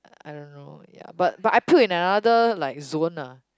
I don't know ya but but I puked in another like zone ah